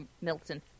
Milton